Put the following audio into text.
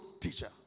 teacher